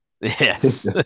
Yes